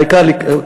העיקר לקבור.